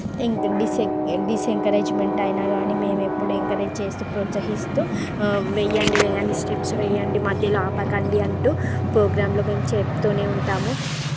డిస్ discouragement అయినా కాని మేము ఎప్పుడు ఎంకరేజ్ చేసి ప్రోత్సహిస్తూ వెయ్యండి వెయ్యండి స్టెప్స్ వెయ్యండి మధ్యలో ఆపకండి అంటూ ప్రోగ్రాంలో మేము చెప్తూనే ఉంటాము